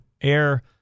air